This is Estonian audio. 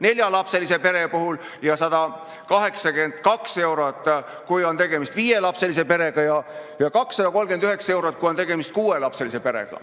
neljalapselise pere puhul ja 182 eurot, kui on tegemist viielapselise perega, ning 239 eurot, kui on tegemist kuuelapselise perega.